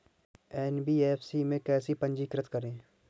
NBFC में कैसे पंजीकृत करें?